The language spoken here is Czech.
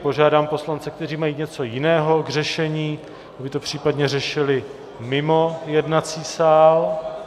Požádám poslance, kteří mají něco jiného k řešení, aby to případně řešili mimo jednací sál.